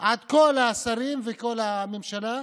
עד כל השרים וכל הממשלה.